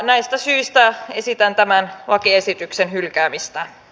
näistä syistä esitän tämän lakiesityksen hylkäämistä